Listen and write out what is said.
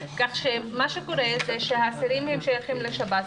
כך שמה שקורה זה שהאסירים שייכים לשב"ס,